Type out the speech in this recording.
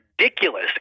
ridiculous